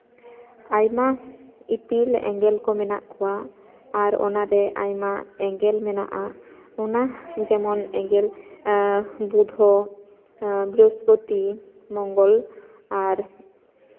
ᱟᱭᱢᱟ ᱤᱯᱤᱞ ᱮᱸᱜᱮᱞ ᱠᱚ ᱢᱮᱱᱟᱜ ᱠᱚᱣᱟ ᱟᱨ ᱚᱱᱟᱨᱮ ᱟᱭᱢᱟ ᱮᱸᱜᱮᱞ ᱢᱮᱱᱟᱜᱼᱟ ᱚᱱᱟ ᱡᱮᱢᱚᱱ ᱮᱸᱜᱮᱞ ᱚᱱᱟ ᱵᱩᱫᱷᱚ ᱵᱨᱤᱦᱚᱥᱯᱚᱛᱤ ᱢᱚᱝᱜᱚᱞ ᱟᱨ